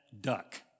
duck